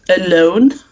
alone